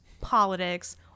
politics